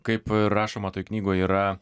kaip rašoma toj knygoj yra